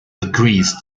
agrees